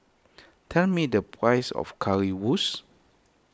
tell me the price of Currywurst